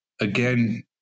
Again